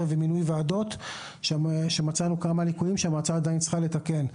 ומינוי ועדות והמועצה עדיין צריכה לתקן אותם.